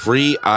Free